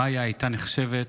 מיה הייתה נחשבת